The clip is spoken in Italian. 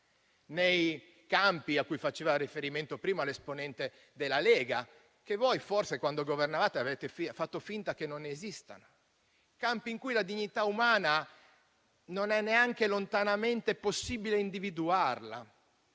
nei campi a cui faceva riferimento prima l'esponente della Lega e che voi forse, quando governavate, avete finto che non esistessero; campi in cui non è neanche lontanamente possibile individuare